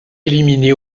éliminée